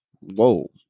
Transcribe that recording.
Whoa